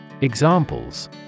Examples